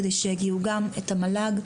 גם את המל"ג,